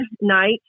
night